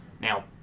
Now